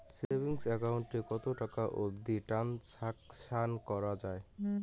Savings account এ কতো টাকা অবধি ট্রানসাকশান করা য়ায়?